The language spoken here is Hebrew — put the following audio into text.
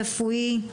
הרפואי,